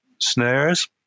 snares